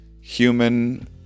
human